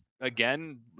again